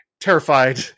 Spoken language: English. terrified